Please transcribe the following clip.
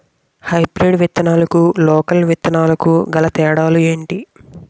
Hybrid విత్తనాలకు local విత్తనాలకు గల తేడాలు ఏంటి?